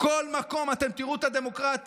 בכל מקום אתם תראו את הדמוקרטים.